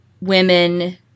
women